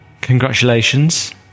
congratulations